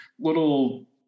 little